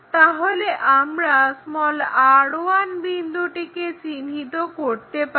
তাহলে আমরা r1 বিন্দুটিকে চিহ্নিত করতে পারি